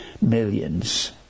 millions